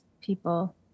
people